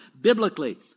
biblically